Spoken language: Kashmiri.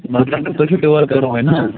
مطلب تُہۍ چھُو ٹیٛوٗر کَرُن وۅنۍ نا